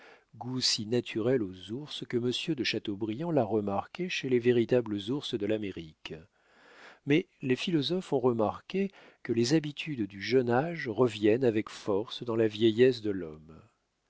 goût si naturel aux ours que monsieur de chateaubriand l'a remarqué chez les véritables ours de l'amérique mais les philosophes ont remarqué que les habitudes du jeune âge reviennent avec force dans la vieillesse de l'homme